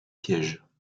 sièges